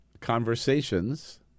conversations